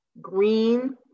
green